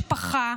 עזבו את המשפחה,